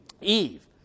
Eve